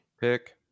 pick